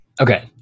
okay